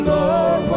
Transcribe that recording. Lord